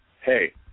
hey